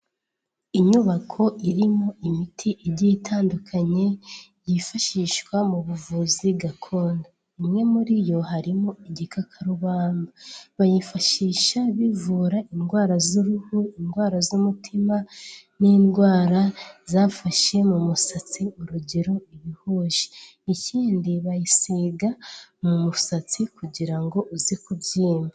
Inyubako irimo imiti igiye itandukanye yifashishwa mu buvuzi gakondo, imwe muri yo harimo igikakarubamba bayifashisha bivura indwara z'uruhu indwara z'umutima, n'indwara zafashe mu musatsi, urugero ibihushi ikindi bayisiga mu musatsi kugira ngo uze kubyimba.